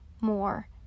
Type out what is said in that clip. more